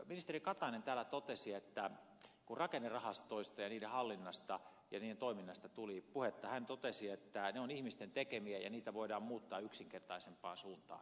ministeri katainen täällä totesi kun rakennerahastoista ja niiden hallinnasta ja niiden toiminnasta tuli puhetta että ne ovat ihmisten tekemiä ja niitä voidaan muuttaa yksinkertaisempaan suuntaan